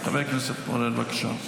חבר הכנסת פורר, בבקשה.